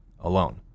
alone